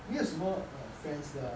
有什么 err friends lah